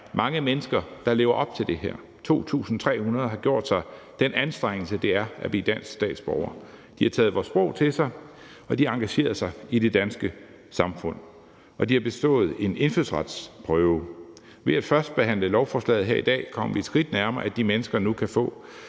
mange mennesker, der lever op til det her. 2.300 har gjort sig den anstrengelse, det er at blive dansk statsborger. De har taget vores sprog til sig, og de engagerer sig i det danske samfund, og de har bestået en indfødsretsprøve. Ved at førstebehandle lovforslaget her i dag kommer vi det et skridt nærmere, at de mennesker nu kan få